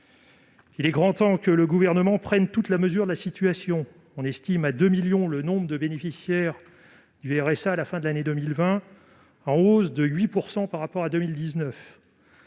Il est grand temps que le Gouvernement prenne toute la mesure de la situation. On estime à 2 millions le nombre de bénéficiaires du RSA à la fin de l'année 2020, en hausse de 8 % par rapport à 2019.